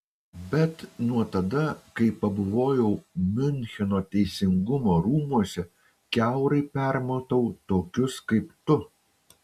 bet nuo tada kai pabuvojau miuncheno teisingumo rūmuose kiaurai permatau tokius kaip tu